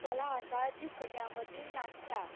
कला आसा जी सगळ्यां मदीं नासता